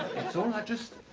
it's all right. just.